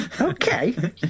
okay